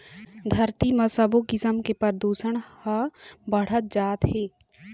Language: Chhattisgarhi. धरती म सबो किसम के परदूसन ह बाढ़त जात हे